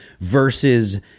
versus